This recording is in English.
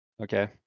Okay